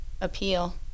appeal